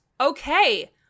Okay